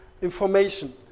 information